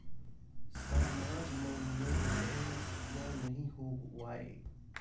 सामाज मा नियम होथे या नहीं हो वाए?